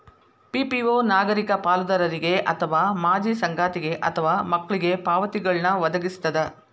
PPO ನಾಗರಿಕ ಪಾಲುದಾರರಿಗೆ ಅಥವಾ ಮಾಜಿ ಸಂಗಾತಿಗೆ ಅಥವಾ ಮಕ್ಳಿಗೆ ಪಾವತಿಗಳ್ನ್ ವದಗಿಸ್ತದ